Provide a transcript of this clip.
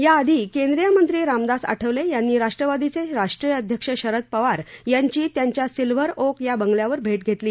या आधी केंद्रीय मंत्री रामदास आठवले यांनी राष्ट्रवादीचे राष्ट्रीय अध्यक्ष शरद पवार यांची त्यांच्या सिल्वर ओक या बंगल्यावर भेट घेतली